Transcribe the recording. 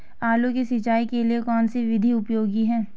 आलू की सिंचाई के लिए कौन सी विधि उपयोगी है?